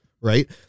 Right